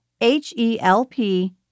H-E-L-P